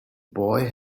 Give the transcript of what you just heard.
boy